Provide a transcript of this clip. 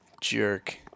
jerk